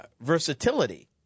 versatility